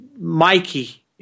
Mikey